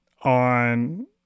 on